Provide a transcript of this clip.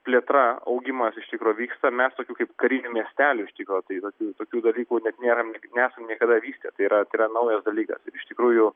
plėtra augimas iš tikro vyksta mes tokių kaip karinių miestelių iš tikro tai tokių tokių dalykų net nėra nesam niekada vystę tai yra tai yra naujas dalykas ir iš tikrųjų